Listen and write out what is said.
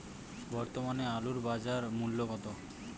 বর্তমানে আলুর বাজার মূল্য কত?